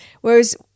Whereas